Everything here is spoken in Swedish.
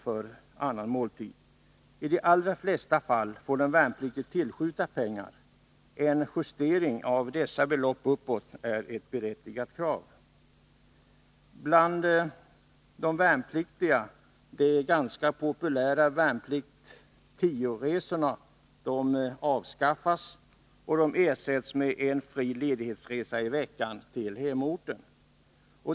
för annan måltid. I de allra flesta fall får den värnpliktige tillskjuta pengar. En justering av dessa belopp uppåt är ett berättigat krav. De bland de värnpliktiga ganska populära vpl 10-resorna avskaffas och ersätts med en fri ledighetsresa i veckan till hemorten.